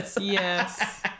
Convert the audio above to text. Yes